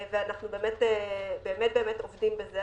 אנחנו באמת עובדים בזה,